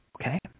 Okay